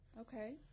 okay